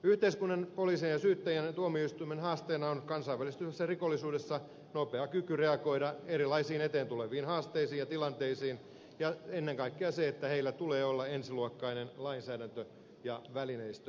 yhteiskunnan poliisin ja syyttäjän ja tuomioistuimen haasteena on kansainvälistyvässä rikollisuudessa nopea kyky reagoida erilaisiin eteen tuleviin haasteisiin ja tilanteisiin ja ennen kaikkea se että heillä tulee olla ensiluokkainen lainsäädäntö ja välineistö käytettävissä